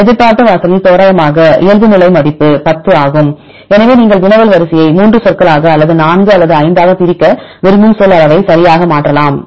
எதிர்பார்த்த வாசலில் தோராயமாக இயல்புநிலை மதிப்பு 10 ஆகும் ஆனால் நீங்கள் வினவல் வரிசையை 3 சொற்களாக அல்லது 4 அல்லது 5 ஆக பிரிக்க விரும்பும் சொல் அளவை சரியாக மாற்றலாம்